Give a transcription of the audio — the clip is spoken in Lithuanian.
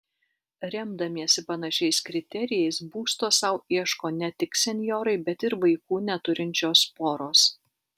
remdamiesi panašiais kriterijais būsto sau ieško ne tik senjorai bet ir vaikų neturinčios poros